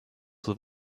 have